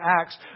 Acts